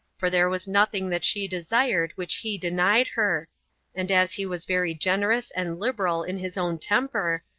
for there was nothing that she desired which he denied her and as he was very generous and liberal in his own temper,